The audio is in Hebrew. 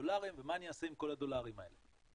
דולרים ומה אני אעשה עם כל הדולרים האלה.